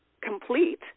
complete